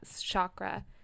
chakra